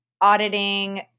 auditing